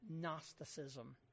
Gnosticism